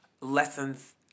lessons